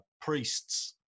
priests